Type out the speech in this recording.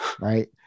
right